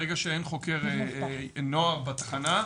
ברגע שאין חוקר נוער בתחנה,